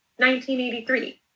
1983